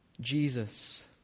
Jesus